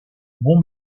bon